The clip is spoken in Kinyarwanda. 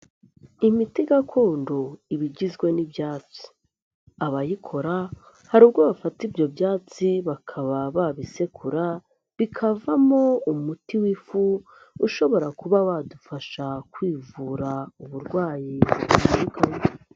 Imiti gakondo iba igizwe n'ibyatsi. Abayikora, hari ubwo bafata ibyo byatsi, bakaba babisekura, bikavamo umuti w'ifu, ushobora kuba wadufasha kwivura uburwayi butandukanye.